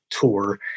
tour